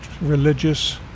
religious